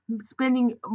spending